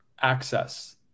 access